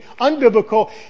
unbiblical